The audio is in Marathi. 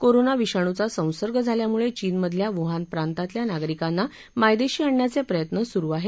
कोरोनाविषाणूचा संसर्ग झाल्यामुळे चीनमधल्या वुहान प्रातांतल्या नागरिकांना मायदेशीआणण्याचे प्रयत्न सुरू आहे